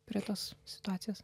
prie tos situacijos